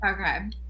Okay